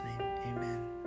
amen